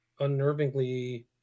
unnervingly